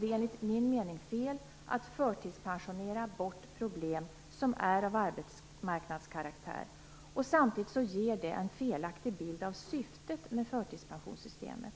Det är enligt min mening fel att förtidspensionera bort problem som är av arbetsmarknadskaraktär. Samtidigt ger det en felaktig bild av syftet med förtidspensionssystemet.